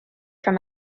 from